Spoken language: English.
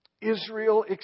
Israel